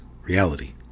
reality